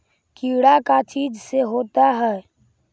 कीड़ा का चीज से होता है?